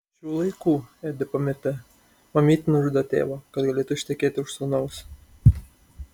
šių laikų edipo mite mamytė nužudo tėvą kad galėtų ištekėti už sūnaus